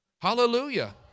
Hallelujah